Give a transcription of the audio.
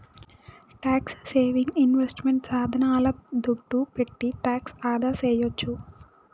tax saving investment సాధనాల దుడ్డు పెట్టి టాక్స్ ఆదాసేయొచ్చు